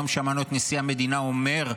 היום שמענו את נשיא המדינה אומר,